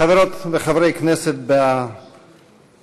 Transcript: חברות וחברי כנסת בעבר,